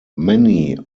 many